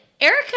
Erica